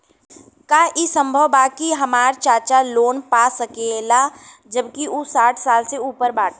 का ई संभव बा कि हमार चाचा लोन पा सकेला जबकि उ साठ साल से ऊपर बाटन?